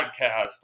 Podcast